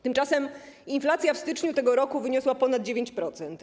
Tymczasem inflacja w styczniu tego roku wyniosła ponad 9%.